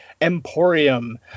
emporium